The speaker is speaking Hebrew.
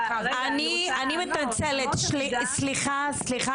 אני מתנצלת, סליחה.